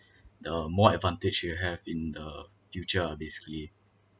the more advantage you have in the future basically